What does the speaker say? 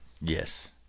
Yes